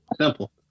Simple